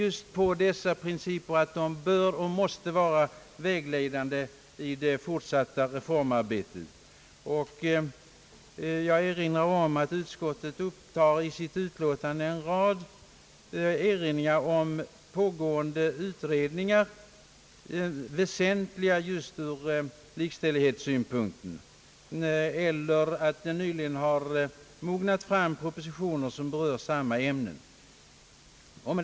Vi har ansett att de bör och måste vara vägledande i det fortsatta reformarbetet. Jag vill påpeka att utskottet i sitt utlåtande gör en rad erinringar om pågående utredningar, som är väsentliga just ur likställighetssynpunkt, och om propositioner som nyligen har mognat och som berör samma ämne.